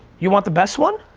you want the best one?